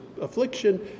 affliction